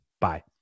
bye